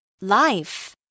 Life